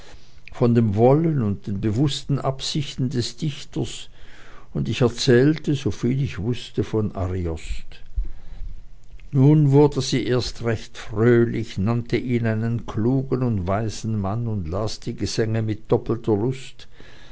von dem wollen und den bewußten absichten des dichters und ich erzählte soviel ich wußte von ariost nun wurde sie erst recht fröhlich nannte ihn einen klugen und weisen mann und las die gesänge mit verdoppelter lust